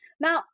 Now